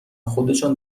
خودشان